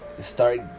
start